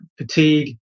fatigue